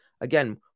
Again